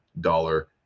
dollar